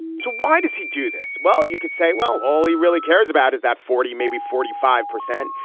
so why does he do this well, you could say, well, all he really cares about is that forty, maybe forty five percent,